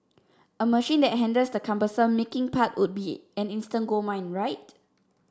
a machine that handles the cumbersome making part would be an instant goldmine right